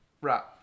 Right